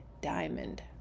diamond